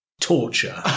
torture